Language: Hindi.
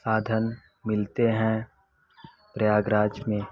साधन मिलते हैं प्रयागराज में